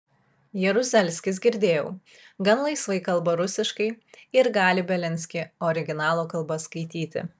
jaruzelskis girdėjau gan laisvai kalba rusiškai ir gali bielinskį originalo kalba skaityti